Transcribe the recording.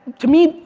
to me,